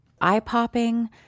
eye-popping